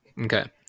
Okay